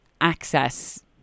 access